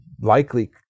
likely